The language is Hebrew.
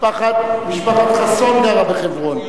משפחת חסון גרה בחברון,